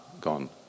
gone